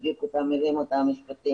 בדיוק אותן מלים ואותם משפטים.